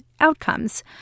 outcomes